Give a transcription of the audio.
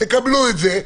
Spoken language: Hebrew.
תקבלו את זה,